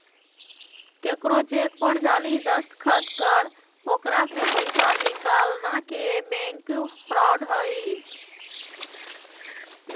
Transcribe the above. केकरो चेक पर जाली दस्तखत कर ओकरा से पैसा निकालना के बैंक फ्रॉड हई